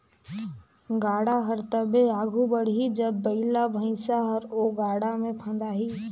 गाड़ा हर तबे आघु बढ़ही जब बइला भइसा हर ओ गाड़ा मे फदाही